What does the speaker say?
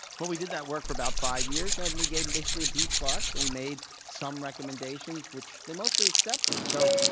well, we did that work for about five years, and we gave them basically a b plus. and we made some recommendations, which they mostly accepted. so,